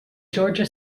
georgia